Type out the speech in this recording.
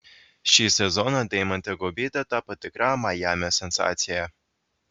šį sezoną deimantė guobytė tapo tikra majamio sensacija